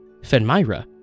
Fenmyra